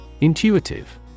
Intuitive